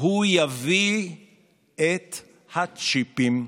הוא יביא את הצ'יפים,